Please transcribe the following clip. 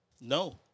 No